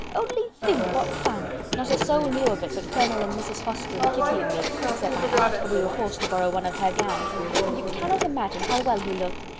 only think what fun! not a soul so knew of it, but colonel and mrs. forster, and kitty and me, except my aunt, for we were forced to borrow one of her gowns and you cannot imagine how well he looked!